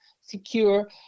secure